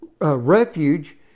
Refuge